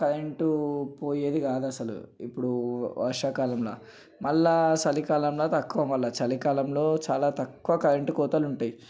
ఆ కరెంటు పోయేది కాదు అసలు ఎప్పుడూ వర్షకాలంలో మళ్ళీ చలికాలంలో తక్కువ మళ్ళీ చలికాలంలో చాలా తక్కువ కరెంటు కోతలు ఉంటాయి